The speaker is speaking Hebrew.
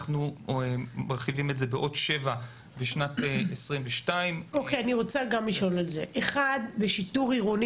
אנחנו מרחיבים את זה בעוד 7 בשנת 2022. שיטור עירוני